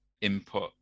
input